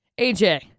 AJ